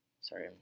sorry